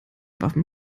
waffen